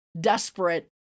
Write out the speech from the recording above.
desperate